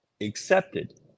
accepted